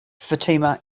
fatima